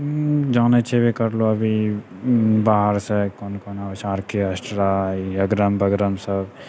जानै छेबे करलऽ अभी बाहरसँ कोन कोन अवसारके ऑर्केस्ट्रा अगरम बगरम सब